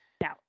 Now